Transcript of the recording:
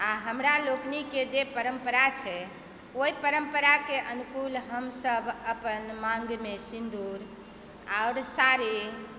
आ हमरा लोकनिके जे परम्परा छै ओहि परम्परा के अनुकूल हमसब अपन मांग मे सिंदूर आओर साड़ी